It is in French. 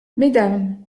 mesdames